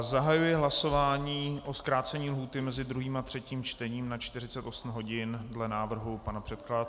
Zahajuji hlasování o zkrácení lhůty mezi druhým a třetím čtením na 48 hodin dle návrhu pana předkladatele.